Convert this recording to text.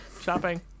Shopping